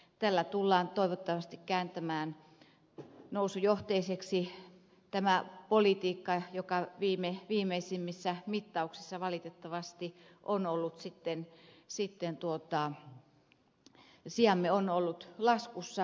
tällä tullaan toivottavasti kääntämään nousujohteiseksi tämä politiikka jossa viimeisimmissä mittauksissa valitettavasti on ollut sitten sitten tuottaa sijamme on ollut laskussa